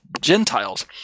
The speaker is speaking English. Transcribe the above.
Gentiles